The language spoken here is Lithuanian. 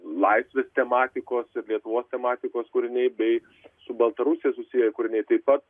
laisvės tematikos ir lietuvos tematikos kūriniai bei su baltarusija susiję kūriniai taip pat